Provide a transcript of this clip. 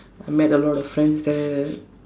I met a lot of friends there